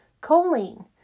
choline